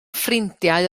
ffrindiau